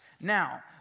Now